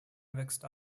wächst